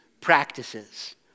practices